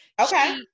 Okay